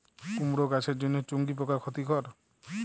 কুমড়ো গাছের জন্য চুঙ্গি পোকা ক্ষতিকর?